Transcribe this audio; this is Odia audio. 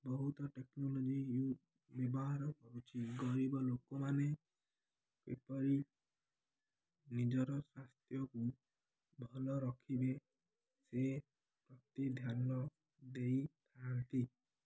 ବହୁତ ଟେକ୍ନୋଲୋଜି ୟୁଜ ବ୍ୟବହାର କରୁଛି ଗରିବ ଲୋକମାନେ କିପରି ନିଜର ସ୍ୱାସ୍ଥ୍ୟକୁ ଭଲ ରଖିବେ ସେ ପ୍ରତି ଧ୍ୟାନ ଦେଇଥାନ୍ତି